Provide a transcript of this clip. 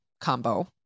combo